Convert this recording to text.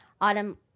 Autumn